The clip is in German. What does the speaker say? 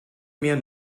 mehr